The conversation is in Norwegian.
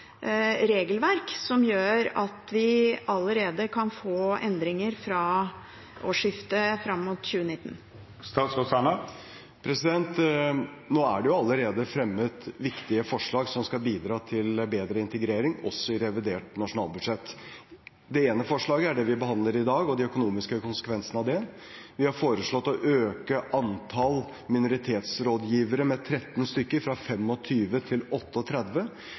regelverk som gjør at vi kan få endringer allerede fra årsskiftet, mot 2019? Nå er det allerede fremmet viktige forslag som skal bidra til bedre integrering, også i revidert nasjonalbudsjett. Det ene forslaget er det vi behandler i dag, og de økonomiske konsekvensene av det. Vi har foreslått å øke antall minoritetsrådgivere med 13 stykker, fra 25 til